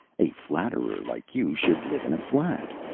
a flatterer like you should live in a flat.